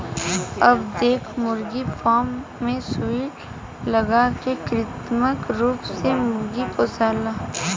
अब देख मुर्गी फार्म मे सुई लगा के कृत्रिम रूप से मुर्गा पोसाला